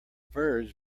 birds